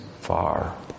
far